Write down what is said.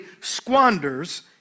squanders